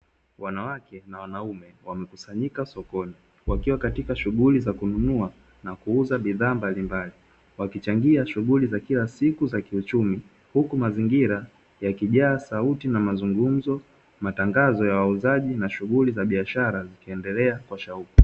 Wanawake na wanaume wamekusanyika sokoni wakiwa katika shughuli za kununua na kuuza bidhaa mbalimbali, wakichangia shughuli za kila siku za kiuchumi. Huku mazingira yakijaa sauti za mazungumzo, matangazo ya wauzaji na shughuli za biashara zikiendelea kwa shauku.